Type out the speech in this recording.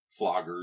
floggers